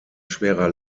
schwerer